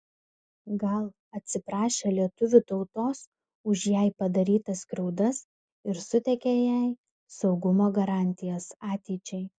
gal atsiprašė lietuvių tautos už jai padarytas skriaudas ir suteikė jai saugumo garantijas ateičiai